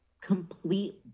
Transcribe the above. complete